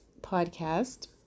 podcast